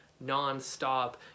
non-stop